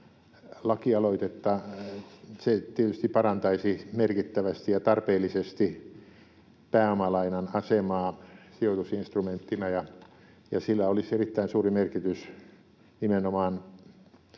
lakialoitetta. Se tietysti parantaisi merkittävästi ja tarpeellisesti pääomalainan asemaa sijoitusinstrumenttina, ja sillä olisi erittäin suuri merkitys nimenomaan